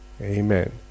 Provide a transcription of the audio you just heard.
Amen